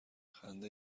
خنده